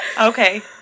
Okay